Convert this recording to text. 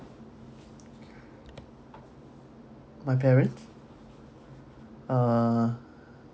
my parents uh